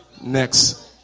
Next